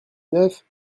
neuf